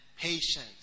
patience